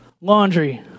Laundry